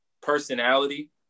personality